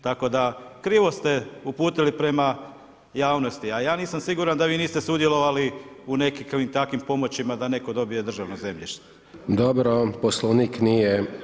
Tako da krivo ste uputili prema javnosti, a ja nisam siguran da vi niste sudjelovali u nekakvim takvim pomoćima da netko dobije državno zemljište.